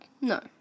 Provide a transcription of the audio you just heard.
no